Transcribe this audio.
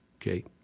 okay